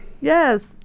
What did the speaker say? Yes